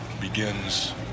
begins